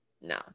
no